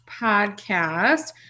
podcast